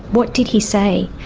what did he say?